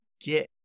get